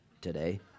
today